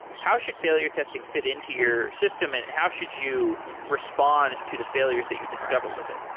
how should failure testing fit into your system and and how should you respond to the failures that you discover with it?